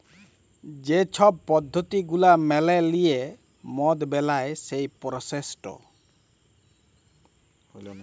যে ছব পদ্ধতি গুলা মালে লিঁয়ে মদ বেলায় সেই পরসেসট